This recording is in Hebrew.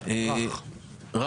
על